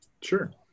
Sure